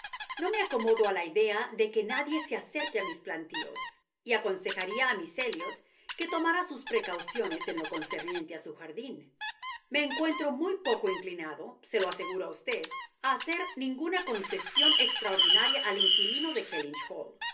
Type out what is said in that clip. no me acomodo a la idea de que n die se acerque a mis plantíos y aconsejaría a miss elliot que tomara sus precauciones en lo concerniente a su jardín me encuentro muy poco inclinado se lo aseguro a usted a hacer ninguna concesión extraordinaria al inquilino de kellynái